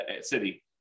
city